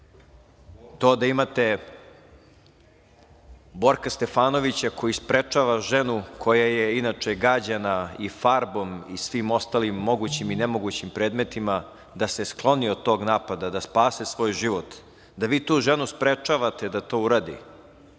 To da imate Borka Stefanovića koji sprečava ženu koja je inače gađana i farbom i svim ostalim mogućim i nemogućim predmetima da se skloni od tog napada, da spasi svoj život, da vi tu ženu sprečavate da to uradi,